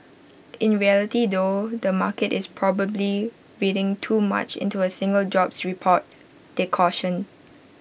in reality though the market is probably reading too much into A single jobs report they cautioned